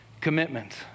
commitment